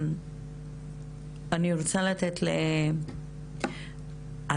אני רוצה לתת את רשות הדיבור